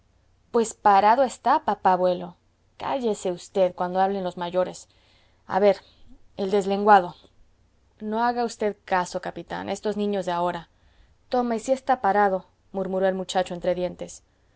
pues parado está papá abuelo cállese v cuando hablan los mayores a ver el deslenguado no haga v caso capitán estos niños de ahora toma y si está parado murmuró el muchacho entre dientes